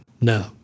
No